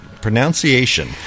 Pronunciation